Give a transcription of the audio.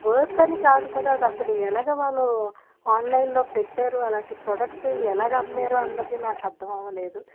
worth అని కాదు కదా అది అసలు ఎలాగ వాళ్ళు ఆన్లైన్లో పెట్టారు అలాటి ప్రోడక్ట్ ఎలాగా అమ్మారు అన్నది నాకు అర్థం అవ్వలేదు